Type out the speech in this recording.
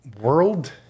world